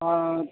हाँ